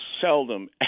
seldom